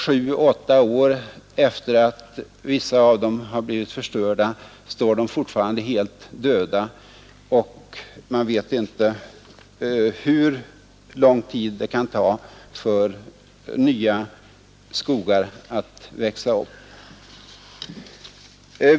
Sju—åtta år efter det att vissa av dem har blivit förstörda står de fortfarande helt döda, och man vet inte hur många år eller decennier det kan ta för nya skogar att börja växa.